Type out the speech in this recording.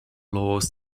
laws